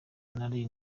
nari